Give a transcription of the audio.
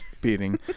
beating